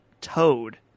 Toad